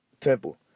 temple